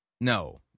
No